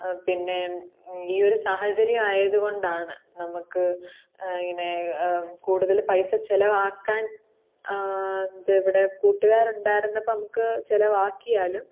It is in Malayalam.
പിന്നെ ഈ ഒരു സാഹചര്യം ആയതുകൊണ്ടാണ് നമുക്ക് ഇങ്ങനെ കൂടുതൽ പൈസ ചെലവാക്കാൻ ഇതിവിടെ കൂട്ടുകാർ ഉണ്ടായിരുന്നപ്പോൾ നമുക്ക് ചെലവാക്കിയാലും